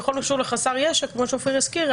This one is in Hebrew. כמו שאופיר הזכיר,